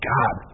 God